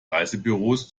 reisebüros